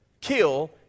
kill